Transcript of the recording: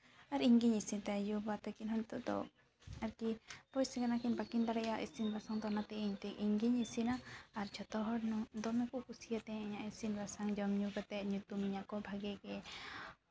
ᱟᱨ ᱤᱧᱜᱤᱧ ᱤᱥᱤᱱ ᱛᱟᱦᱮᱸᱜ ᱭᱩᱼᱵᱟᱵᱟ ᱛᱟᱹᱠᱤᱱᱦᱚᱸ ᱱᱤᱛᱚᱜ ᱫᱚ ᱟᱨᱠᱤ ᱵᱚᱭᱚᱥ ᱠᱟᱱᱟᱠᱤᱱ ᱵᱟᱠᱤᱱ ᱫᱟᱲᱮᱭᱟᱜᱼᱟ ᱤᱥᱤᱱ ᱵᱟᱥᱟᱝ ᱫᱚ ᱚᱱᱟᱛᱮ ᱤᱧᱛᱮ ᱤᱧᱜᱤᱧ ᱤᱥᱤᱱᱟ ᱟᱨ ᱡᱷᱚᱛᱚ ᱦᱚᱲ ᱫᱚᱢᱮ ᱠᱚ ᱠᱩᱥᱤᱭᱟᱛᱤᱧᱟ ᱤᱧᱟᱹᱜ ᱤᱥᱤᱱ ᱵᱟᱥᱟᱝ ᱡᱚᱢ ᱧᱩ ᱠᱟᱛᱮᱜ ᱧᱩᱛᱩᱢ ᱤᱧᱟᱹ ᱠᱚ ᱵᱷᱟᱜᱮ ᱜᱮ